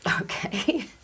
Okay